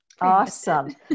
awesome